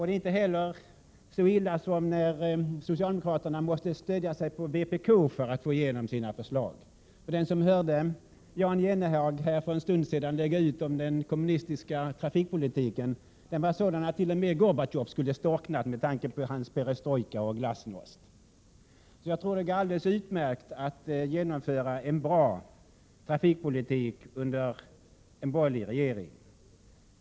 Det är inte heller så illa som när socialdemokraterna måste stödja sig på vpk för att få igenom sina förslag. Den som för en stund sedan hörde Jan Jennehag tala om den kommunistiska trafikpolitiken kunde konstatera att det var så att t.o.m. Gorbatjov skulle ha storknat med tanke på hans perestrojka och glasnost. Jag tror att det går alldeles utmärkt att genomföra en bra trafikpolitik under en borgerlig regering.